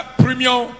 premium